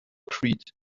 creed